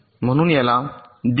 म्हणूनच याला दीड